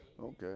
Okay